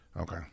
Okay